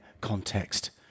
context